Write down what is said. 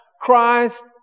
Christ